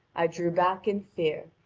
i drew back in fear,